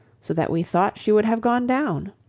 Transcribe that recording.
so that we thought she would have gone down.